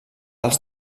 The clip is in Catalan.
els